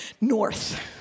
north